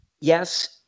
yes